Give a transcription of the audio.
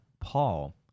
Paul